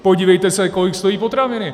Podívejte se, kolik stojí potraviny!